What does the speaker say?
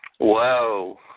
whoa